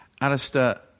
Alistair